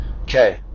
Okay